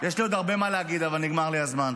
יש לי עוד הרבה מה להגיד, אבל נגמר לי הזמן.